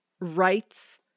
rights